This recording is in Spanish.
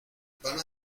van